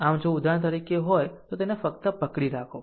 આમ જો ઉદાહરણ તરીકે હોય તો ફક્ત પકડી રાખો